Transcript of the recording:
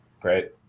Great